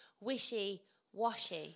wishy-washy